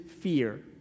fear